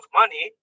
money